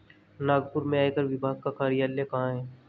नागपुर में आयकर विभाग का कार्यालय कहाँ है?